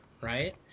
right